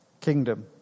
kingdom